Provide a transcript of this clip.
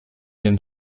den